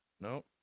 No